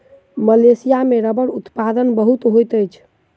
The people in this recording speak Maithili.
मलेशिया में रबड़ उत्पादन बहुत होइत अछि